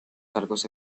cargos